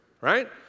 right